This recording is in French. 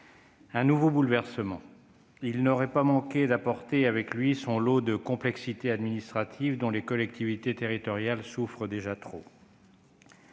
un nouveau bouleversement ; il n'aurait pas manqué d'apporter avec lui son lot de complexités administratives, dont les collectivités territoriales souffrent déjà trop.